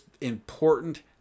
important